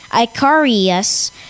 Icarus